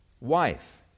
wife